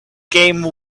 game